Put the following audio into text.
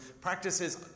practices